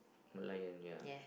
Merlion ya